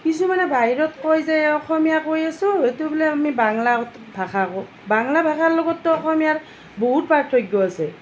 কিছুমানে বাহিৰত কয় যে অসমীয়া কৈ আছোঁ সেইটো বোলে আমি বাংলা ভাষা কওঁ বাংলা ভাষা লগত তো অসমীয়াৰ বহুত পাৰ্থক্য আছে